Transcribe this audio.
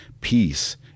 peace